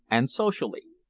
and socially,